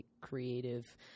creative